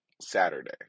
Saturday